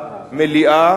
נעביר את זה למליאה.